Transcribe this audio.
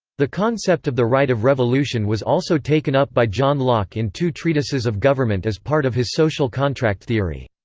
the concept of the right of revolution was also taken up by john locke in two treatises of government as part of his social contract theory.